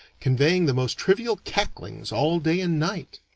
conveying the most trivial cacklings all day and night.